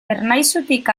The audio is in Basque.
ernaizutik